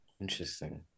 Interesting